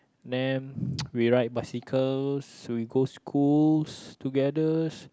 then we ride bicycles so we go schools togethers